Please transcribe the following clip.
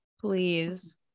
please